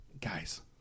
guys